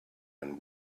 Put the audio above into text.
and